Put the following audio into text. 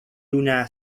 una